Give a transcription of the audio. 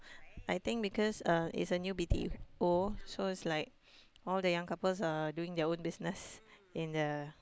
I think because uh is a new B_T_O so it's like all the young couples are doing their own business in the